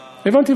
הבנתי,